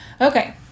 Okay